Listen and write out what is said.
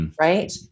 Right